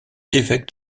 évêque